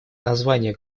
название